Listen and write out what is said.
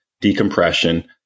decompression